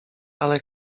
ale